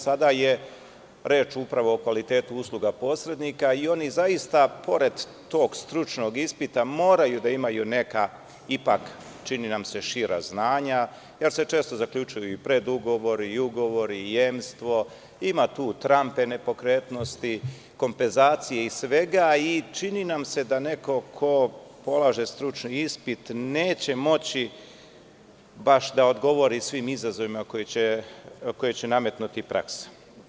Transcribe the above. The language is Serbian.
Sada je reč upravo o kvalitetu usluga posrednika i oni zaista pored tog stručnog ispita moraju da imaju, neka čini nam se šira znanja, jer se često zaključuju predugovori, ugovori, jemstvo, ima tu trampe nepokretnosti, kompenzacije, svega, i čini nam se da, neko ko polaže stručni ispit neće moći baš da odgovori svim izazovima koja će nametnuti praksa.